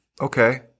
Okay